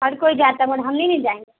ہر کوئی جاتا ہے مگر ہم نہیں نا جائیں گے